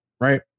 right